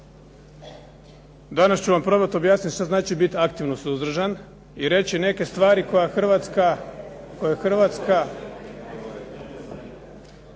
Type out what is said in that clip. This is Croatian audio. Danas ću vam probati objasniti što znači biti aktivno suzdržan i reći neke stvari koje Hrvatska